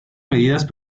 medidas